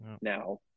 now